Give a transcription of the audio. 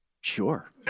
sure